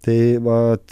tai vat